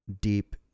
deep